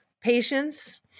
patience